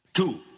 Two